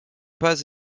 pas